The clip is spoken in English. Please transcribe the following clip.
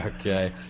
Okay